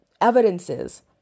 evidences